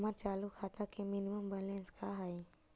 हमर चालू खाता के मिनिमम बैलेंस का हई?